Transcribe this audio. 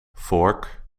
vork